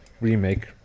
remake